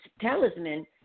talisman